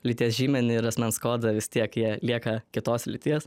lyties žymenį ir asmens kodą vis tiek jie lieka kitos lyties